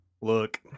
Look